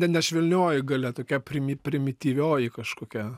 ne ne švelnioji galia tokia primi primityvioji kažkokia